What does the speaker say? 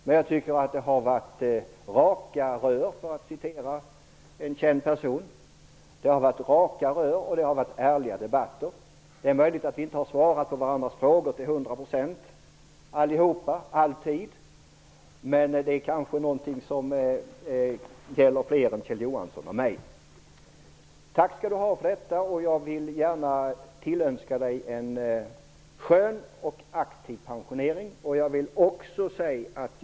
Men jag tycker att det har varit raka rör, för att citera en känd person. Det har också varit ärliga debatter. Det är möjligt att vi inte alltid har svarat på varandras frågor till hundra procent. Men det kanske gäller för flera än Kjell Tack skall du ha, Kjell Johansson. Jag vill gärna tillönska dig en skön och aktiv pensionärstillvaro.